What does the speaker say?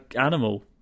animal